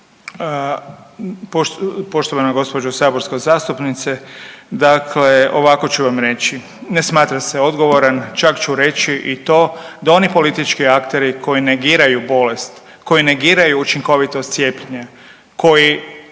(HDZ)** Poštovan gđo. saborska zastupnice, dakle ovako ću vam reći. Ne smatram se odgovoran, čak ću reći i to da oni politički akteri koji negiraju bolest, koji negiraju učinkovitost cijepljenja, koji